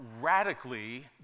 radically